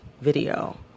video